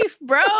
bro